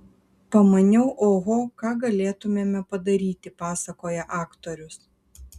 pamaniau oho ką galėtumėme padaryti pasakoja aktorius